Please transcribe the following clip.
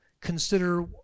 consider